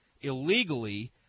illegally